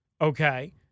okay